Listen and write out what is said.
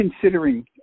considering